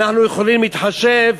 אנחנו יכולים להתחשב,